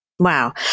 Wow